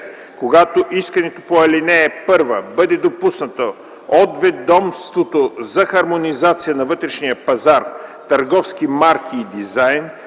Когато искането по ал. 1 бъде допуснато от Ведомството за хармонизация на вътрешния пазар (търговски марки и дизайн)